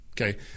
Okay